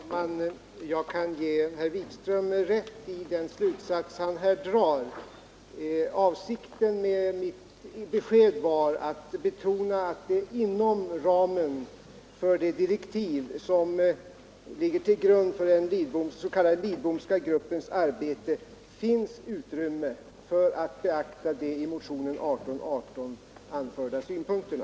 Herr talman! Jag kan ge herr Wikström rätt i den slutsats han drar. Avsikten med mitt besked var att betona att det inom ramen för de direktiv som ligger till grund för den s.k. Lidbomska gruppens arbete finns utrymme för att beakta de i motionen 1818 anförda synpunkterna.